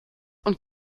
und